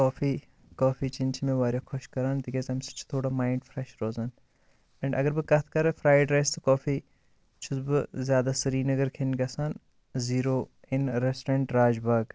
کافی کافی چینۍ چھِ مےٚ واریاہ خۄش کَران تِکیاز تَمہِ سۭتۍ چھُ تھوڑا مایِنٛڈ فرٛیش روزان اینٛڈ اگر بہٕ کَتھ کَرٕ فرٛایِڈ رایِس تہٕ کافی چھُس بہٕ زیادٕ سِریٖنَگر کھیٚنہِ گَژھان zero in restaurant Raj Bagh